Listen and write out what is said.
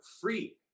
free